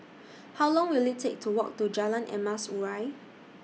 How Long Will IT Take to Walk to Jalan Emas Urai